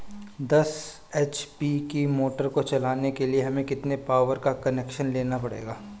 दस एच.पी की मोटर को चलाने के लिए हमें कितने पावर का कनेक्शन लेना पड़ेगा?